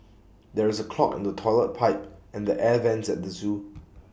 there is A clog in the Toilet Pipe and the air Vents at the Zoo